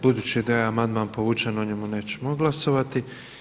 Budući da je amandman povučen o njemu nećemo glasovati.